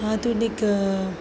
आधुनिकः